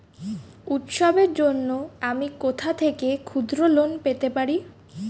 উৎসবের জন্য আমি কোথা থেকে ক্ষুদ্র লোন পেতে পারি?